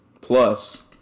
plus